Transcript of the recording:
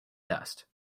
dust